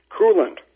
coolant